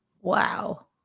Wow